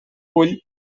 bull